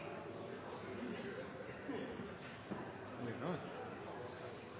så